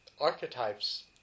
archetypes